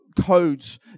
codes